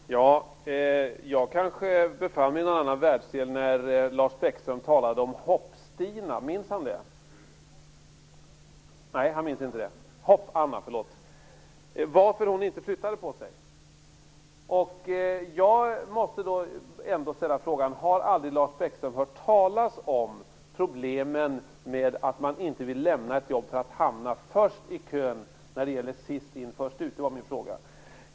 Fru talman! Jag kanske befann mig i en annan världsdel när Lars Bäckström talade om Hopp-Hanna och varför hon inte flyttade på sig. Jag måste då ställa frågan: Har Lars Bäckström aldrig hört talas om problemen med att man inte vill lämna ett jobb därför att man då hamnar först i kön när det gäller sist in-först ut?